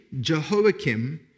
Jehoiakim